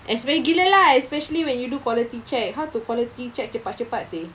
express gila lah especially when you do quality check how to quality check cepat cepat seh